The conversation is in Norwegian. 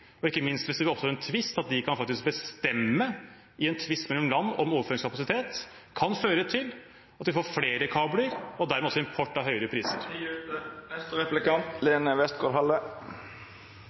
ikke minst hvis det oppstår en tvist, at de faktisk kan bestemme i en tvist mellom land om overføringskapasitet – kan føre til at vi får flere kabler og dermed også import av høyere priser.